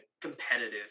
competitive